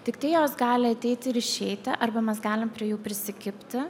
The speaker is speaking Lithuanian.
tiktai jos gali ateiti ir išeiti arba mes galim prie jų prisikibti